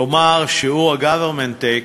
כלומר שיעור ה-government take,